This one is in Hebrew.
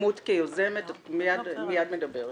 כיוזמת ההצעה תהיה לך הזדמנות.